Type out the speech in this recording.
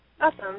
Awesome